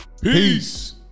Peace